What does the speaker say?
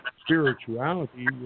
spirituality